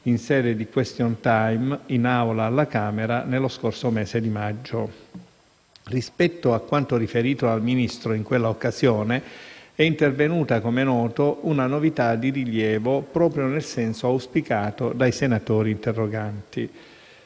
in sede di *question time* in Aula alla Camera nello scorso mese di maggio. Rispetto a quanto riferito dal Ministro in quell'occasione, è intervenuta - com'è noto - una novità di rilievo proprio nel senso auspicato dai senatori interroganti.